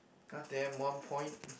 got them one point